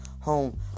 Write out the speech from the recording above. home